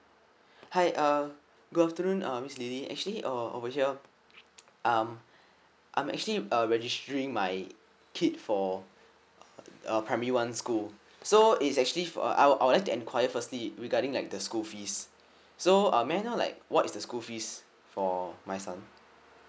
hi uh good afternoon uh miss L I L Y actually uh over here um I'm actually uh registering my kid for a primary one school so is actually for I'll I'll just enquire firstly regarding like the school fees so uh may I know like what is the school fees for my son